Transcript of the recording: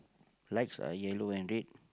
lights are yellow and red